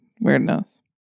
weirdness